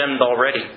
already